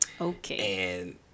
okay